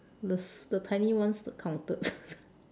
the the tiny ones not counted